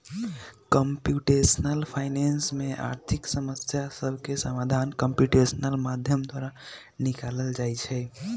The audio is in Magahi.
कंप्यूटेशनल फाइनेंस में आर्थिक समस्या सभके समाधान कंप्यूटेशनल माध्यम द्वारा निकालल जाइ छइ